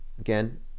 Again